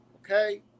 Okay